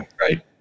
Right